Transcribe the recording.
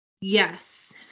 Yes